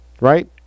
right